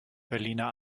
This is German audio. berliner